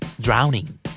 Drowning